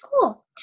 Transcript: cool